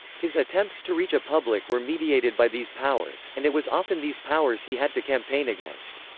his attempts to reach a public were mediated by these powers, and it was often these powers he had to campaign against.